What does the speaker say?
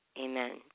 Amen